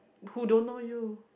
who don't know you